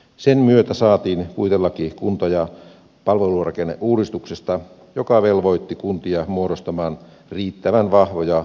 sen myötä saatiin puitelaki kunta ja palvelurakenneuudistuksesta joka velvoitti kuntia muodostamaan riittävän vahvoja palvelualueita